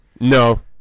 No